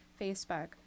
Facebook